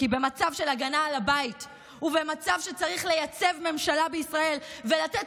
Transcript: כי במצב של הגנה על הבית ובמצב שצריך לייצב ממשלה בישראל ולתת